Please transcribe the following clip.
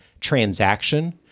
transaction